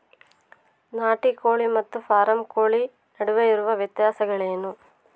ನಾಟಿ ಕೋಳಿ ಮತ್ತು ಫಾರಂ ಕೋಳಿ ನಡುವೆ ಇರುವ ವ್ಯತ್ಯಾಸಗಳೇನು?